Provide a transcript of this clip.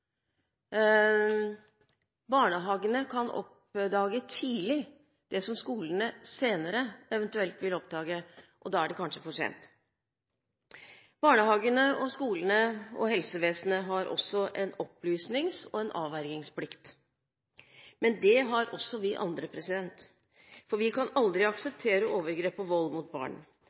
Barnehagene kan tidlig oppdage det som skolene eventuelt senere vil oppdage, og da er det kanskje for sent. Barnehagene, skolene og helsevesenet har også en opplysnings- og avvergingsplikt. Men det har også vi andre. Vi kan aldri akseptere overgrep og vold mot barn,